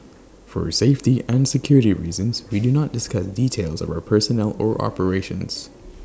for safety and security reasons we do not discuss details of our personnel or operations